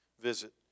visit